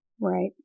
Right